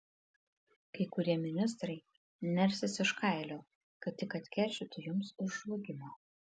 kai kurie ministrai nersis iš kailio kad tik atkeršytų jums už žlugimą